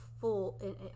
full